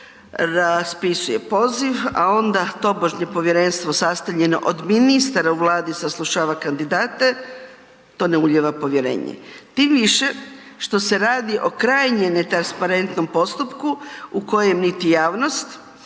raspisuje poziv a onda tobožnje povjerenstvo sastavljeno od ministara u Vladi saslušava kandidate, to ne ulijeva povjerenje. Tim više što se radi o krajnje netransparentnom postupku u kojem niti javnost